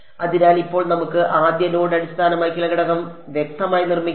അതിനാൽ ഇപ്പോൾ നമുക്ക് ആദ്യ നോഡ് അടിസ്ഥാനമാക്കിയുള്ള ഘടകം വ്യക്തമായി നിർമ്മിക്കാം